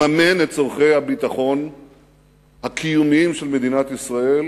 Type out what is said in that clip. לממן את צורכי הביטחון הקיומיים של מדינת ישראל